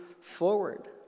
forward